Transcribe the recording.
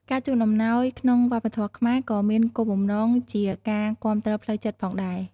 ការជូនអំណោយក្នុងវប្បធម៌ខ្មែរ ក៏មានគោលបំណងជាការគាំទ្រផ្លូវចិត្តផងដែរ។